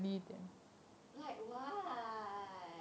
like what